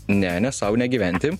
ne ne sau negyventi